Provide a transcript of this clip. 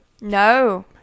No